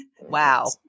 Wow